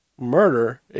murder